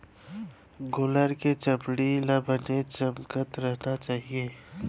गोल्लर के चमड़ी ल बने चमकत रहना चाही